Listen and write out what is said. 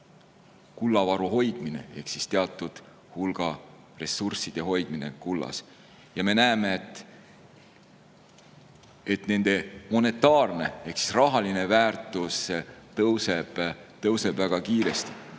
kullavaru hoidmine ehk teatud hulga ressursside hoidmine kullas. Me näeme, et selle monetaarne ehk rahaline väärtus tõuseb väga kiiresti.